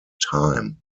time